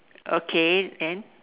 okay then